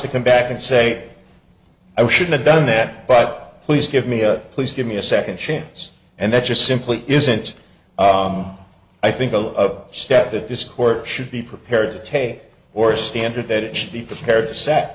to come back and say i should have done that but please give me a please give me a second chance and that just simply isn't i think a lot of step that this court should be prepared to take or standard that it should be prepared